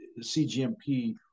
CGMP